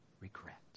regret